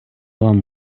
вам